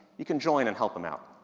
you can join and help them out.